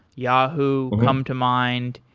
yahoo come to mind.